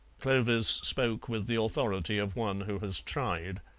clovis spoke with the authority of one who has tried.